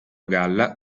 galla